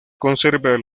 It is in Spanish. conserva